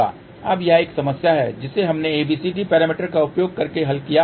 अब यह एक समस्या है जिसे हमने ABCD पैरामीटर का उपयोग करके हल किया है